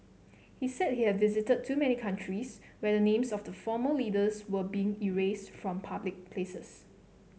he said he had visited too many countries where the names of the former leaders were being erased from public places